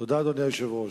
תודה, אדוני היושב-ראש.